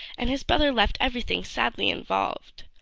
and his brother left everything sadly involved.